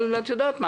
אבל את יודעת מה,